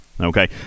okay